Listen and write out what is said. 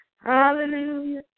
Hallelujah